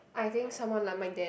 I think someone like my dad